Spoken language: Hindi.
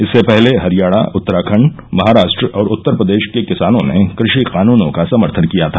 इससे पहले हरियाणा उत्तराखंड महाराष्ट्र और उत्तर प्रदेश के किसानों ने कृषि कानुनों का समर्थन किया था